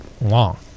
long